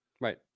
Right